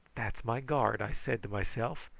that's my guard, i said to myself,